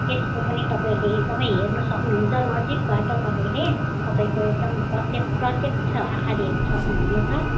त्यसमा पनि तपाईँले एकदमै हेर्न सक्नुहुन्छ नजिकबाट तपाईँले तपाईँको एकदम प्रत्य प्रत्यक्ष आँखाले हेर्न सक्नुहुनेछ